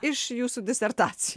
iš jūsų disertacijos